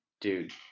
Dude